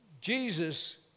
Jesus